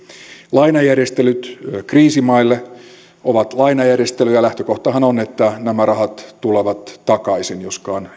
lainajärjestelyt kriisimaille ovat lainajärjestelyjä ja lähtökohtahan on että nämä rahat tulevat takaisin joskaan